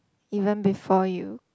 even before you